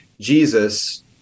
jesus